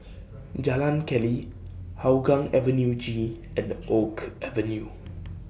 Jalan Keli Hougang Avenue G and Oak Avenue